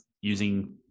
using